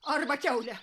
arba kiaulė